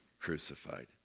crucified